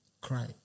cry